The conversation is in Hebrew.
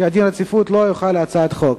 שדין הרציפות לא יחול על הצעת החוק.